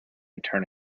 return